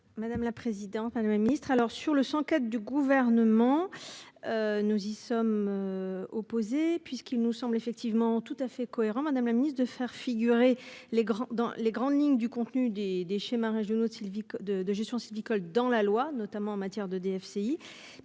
madame la présidente, madame la ministre. Alors sur le quête du gouvernement. Nous y sommes. Opposés puisqu'il nous semble effectivement tout à fait cohérent Madame la Ministre de faire figurer les grands dans les grandes lignes du contenu des des schémas régionaux de Sylvie de de gestion sylvicole dans la loi, notamment en matière de DFCI